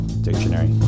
Dictionary